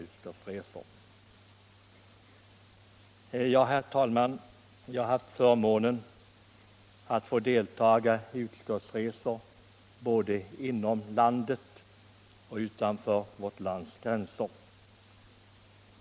Jag har, herr talman, haft förmånen att få deltaga i utskottsresor både inom landet och utanför vårt lands gränser.